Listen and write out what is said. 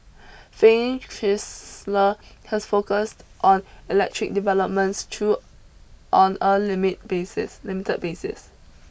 Fiat Chrysler has focused on electric developments though on a limit basis limited basis